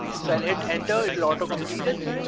so i'll hit enter, it'll auto-complete it,